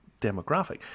demographic